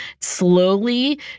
slowly